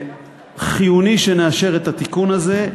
חיוני שנאשר את התיקון הזה.